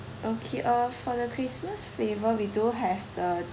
okay uh for the christmas flavour we do have the